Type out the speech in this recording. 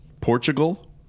Portugal